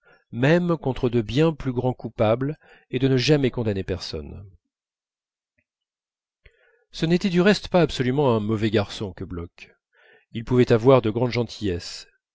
même contre de bien plus grands coupables et de ne jamais condamner personne ce n'était du reste pas absolument un mauvais garçon que bloch il pouvait avoir de grandes gentillesses